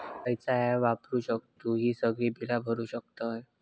खयचा ऍप वापरू शकतू ही सगळी बीला भरु शकतय?